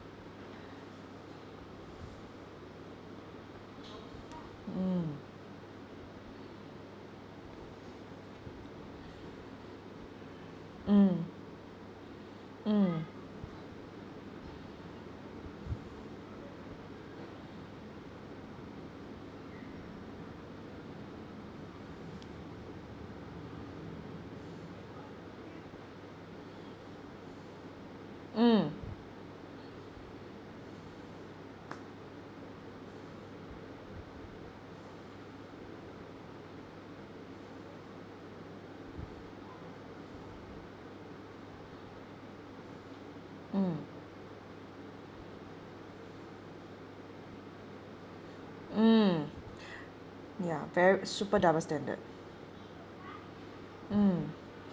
mm mm mm mm mm mm ya v~ super double standard mm